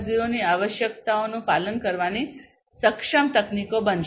0 ની આવશ્યકતાઓનું પાલન કરવાની સક્ષમ તકનીકો બનશે